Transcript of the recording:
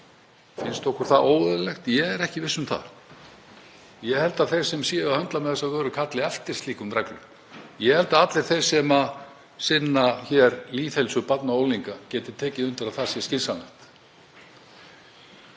Finnst okkur það óeðlilegt? Ég er ekki viss um það. Ég held að þeir sem eru að höndla með þessa vöru kalli eftir slíkum reglum. Ég held að allir þeir sem sinna lýðheilsu barna og unglinga geti tekið undir að það sé skynsamlegt.